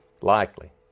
Likely